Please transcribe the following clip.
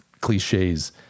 cliches